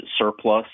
surplus